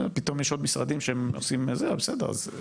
פתאום יש עוד משרדים שעושים אז בסדר, שיבואו,